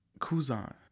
Kuzan